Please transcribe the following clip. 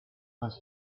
was